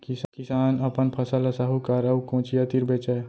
किसान अपन फसल ल साहूकार अउ कोचिया तीर बेचय